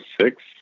six